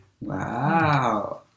wow